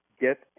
get